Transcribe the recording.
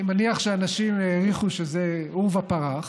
אני מניח שאנשים העריכו שזה עורבא פרח,